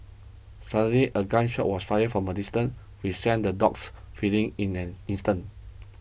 suddenly a gun shot was fired from a distance which sent the dogs fleeing in an instant